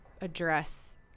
address